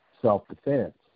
self-defense